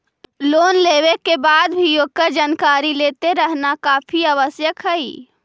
loan लेवे के बाद भी ओकर जानकारी लेते रहना काफी आवश्यक हइ